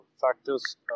factors